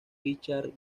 richard